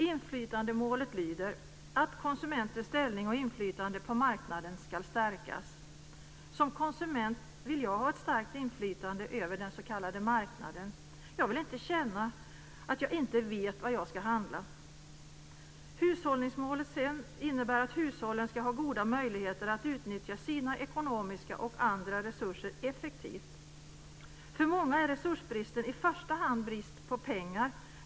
Inflytandemålet innebär att konsumentens ställning och inflytande på marknaden ska stärkas. Som konsument vill jag ha ett starkt inflytande över den s.k. marknaden. Jag vill inte känna att jag inte vet vad jag ska handla. Hushållningsmålet innebär att hushållen ska ha goda möjligheter att utnyttja sina ekonomiska och andra resurser effektivt. För många är resursbristen i första hand brist på pengar.